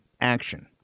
action